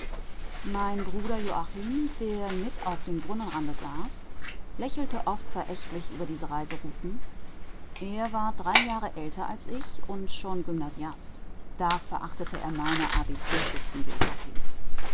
mein bruder joachim der mit auf dem brunnenrande saß lächelte oft verächtlich über diese reiserouten er war drei jahre älter als ich und schon gymnasiast da verachtete er meine